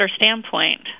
standpoint